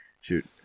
shoot